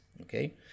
okay